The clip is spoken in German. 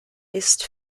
ist